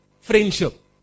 Friendship